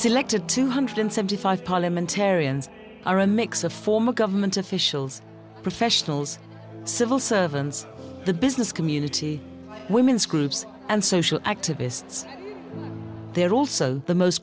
selected two hundred seventy five parliamentarians are a mix of former government officials professionals civil servants the business community women's groups and social activists they are also the most